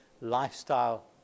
lifestyle